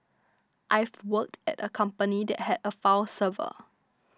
I've worked at a company that had a file server